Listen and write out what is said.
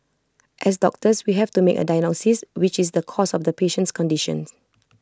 as doctors we have to make A diagnosis which is the cause of the patient's conditions